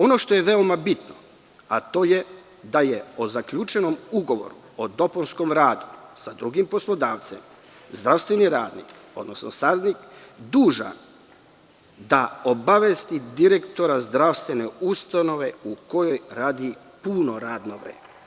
Ono što je veoma bitno, a to je da je o zaključenom ugovoru o dopunskom radu sa drugim poslodavcem zdravstveni radnik, odnosno saradnik dužan da obavesti direktora zdravstvene ustanove u kojoj radi puno radno vreme.